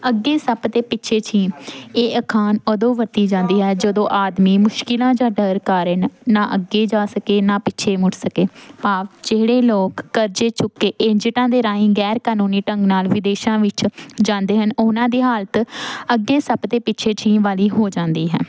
ਅੱਗੇ ਸੱਪ ਦੇ ਪਿੱਛੇ ਛੀਂ ਇਹ ਅਖਾਣ ਉਦੋਂ ਵਰਤੀ ਜਾਂਦੀ ਹੈ ਜਦੋ ਆਦਮੀ ਮੁਸ਼ਕਿਲਾਂ ਜਾ ਡਰ ਕਾਰਨ ਨਾ ਅੱਗੇ ਜਾ ਸਕੇ ਨਾ ਪਿੱਛੇ ਮੁੜ ਸਕੇ ਭਾਵ ਜਿਹੜੇ ਲੋਕ ਕਰਜੇ ਚੁੱਕੇ ਏਜੰਟਾਂ ਦੇ ਰਾਹੀਂ ਗੈਰ ਕਾਨੂੰਨੀ ਢੰਗ ਨਾਲ ਵਿਦੇਸ਼ਾਂ ਵਿੱਚ ਜਾਂਦੇ ਹਨ ਉਹਨਾਂ ਦੇ ਹਾਲਤ ਅੱਗੇ ਸੱਪ 'ਤੇ ਪਿੱਛੇ ਛੀ ਵਾਲੀ ਹੋ ਜਾਂਦੀ ਹੈ